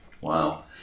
Wow